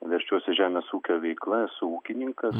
verčiuosi žemės ūkio veikla esu ūkininkas